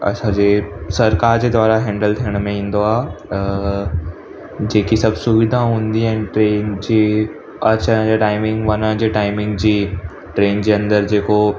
असांजे सरकार जे द्वारा हैंडल थियण में ईंदो आहे त जेकी सभु सुविधाऊं हूंदी आहिनि ट्रेन जी अचनि जी टाइमिंग वञण जी टाइमिंग जी ट्रेन जे अंदरि जेको